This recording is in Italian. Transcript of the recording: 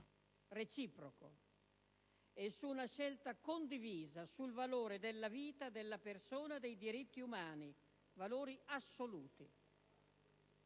reciproche e su una scelta condivisa, sul valore della vita, della persona e dei diritti umani, valori assoluti.